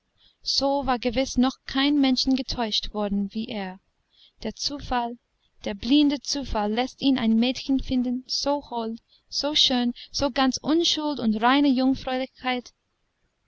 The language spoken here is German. so war gewiß noch kein mensch getäuscht worden wie er der zufall der blinde zufall läßt ihn ein mädchen finden so hold so schön so ganz unschuld und reine